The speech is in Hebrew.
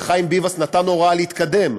וחיים ביבס נתן הוראה להתקדם,